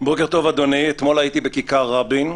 בוקר טוב, אדוני, אתמול הייתי בכיכר רבין.